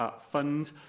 fund